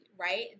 right